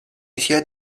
一些